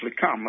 come